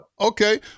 Okay